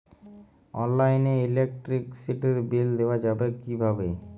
অনলাইনে ইলেকট্রিসিটির বিল দেওয়া যাবে কিভাবে?